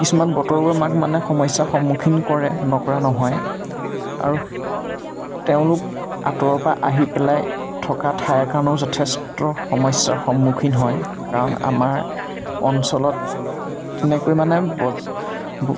কিছুমান বতৰৰ বাবে আমাক মানে সমস্যাৰ সন্মুখীন কৰে নকৰা নহয় আৰু তেওঁলোক আঁতৰৰপৰা আহি পেলাই থকা ঠাইৰ কাৰণেও যথেষ্ট সমস্যাৰ সন্মুখীন হয় কাৰণ আমাৰ অঞ্চলত তেনেকৈ মানে বজ